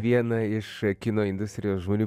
vieną iš kino industrijos žmonių